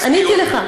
כן, עניתי לך.